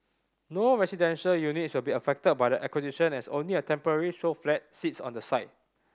no residential units will be affected by the acquisition as only a temporary show flat sits on the site